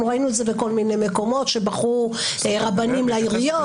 אנחנו ראינו את זה בכל מיני מקומות שבחרו רבנים לעיריות,